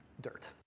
Dirt